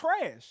trash